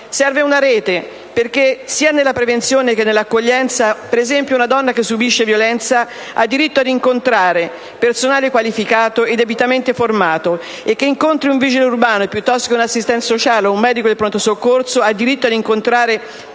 Serve una rete, perché sia nella prevenzione che nell'accoglienza una donna che subisce violenza ha diritto ad incontrare personale qualificato e debitamente formato, e, che incontri un vigile urbano piuttosto che un assistente sociale o un medico di pronto soccorso, ha diritto ad incontrare personale in grado di accoglierla,